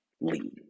lean